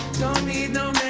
need no